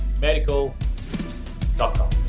medical.com